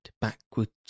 backwards